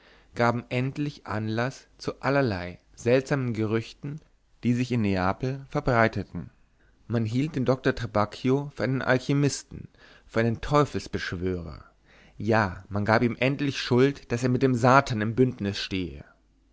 gaben endlich anlaß zu allerlei seltsamen gerüchten die sich in neapel verbreiteten man hielt den doktor trabacchio für einen alchymisten für einen teufelsbeschwörer ja man gab ihm endlich schuld daß er mit dem satan im bündnis stehe